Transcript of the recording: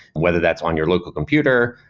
whether that's on your local computer,